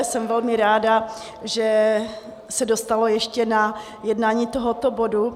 Jsem velmi ráda, že se dostalo ještě na jednání tohoto bodu.